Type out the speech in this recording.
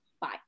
bye